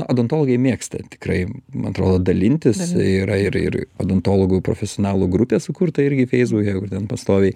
odontologai mėgsta tikrai man atrodo dalintis yra ir ir odontologų profesionalų grupė sukurta irgi feisbuke ten pastoviai